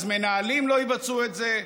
אז מנהלים לא יבצעו את זה,